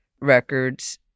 records